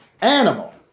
animal